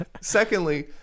Secondly